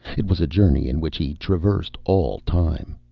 it was a journey in which he traversed all time.